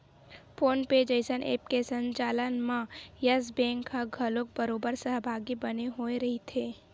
phone पे जइसन app के संचालन म यस बेंक ह घलोक बरोबर सहभागी बने होय रहिथे